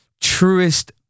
truest